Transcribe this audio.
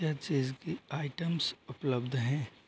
क्या चीज़ की आइटम्स उपलब्ध हैं